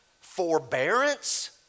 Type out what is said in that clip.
forbearance